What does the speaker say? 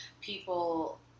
people